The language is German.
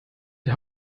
die